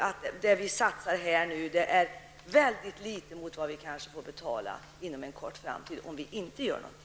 Det som vi satsar nu är kanske mycket litet jämfört med vad vi får betala inom en kort tid, om vi inte gör tillräckligt.